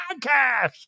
podcast